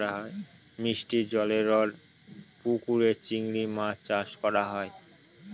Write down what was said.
মিষ্টি জলেরর পুকুরে চিংড়ি মাছ চাষ করা হয়